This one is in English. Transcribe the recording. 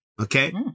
Okay